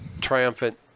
triumphant